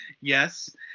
Yes